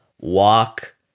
walk